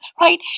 right